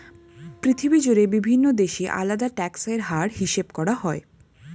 পৃথিবী জুড়ে বিভিন্ন দেশে আলাদা ট্যাক্স এর হার হিসাব করা হয়